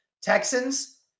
Texans